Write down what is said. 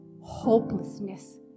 hopelessness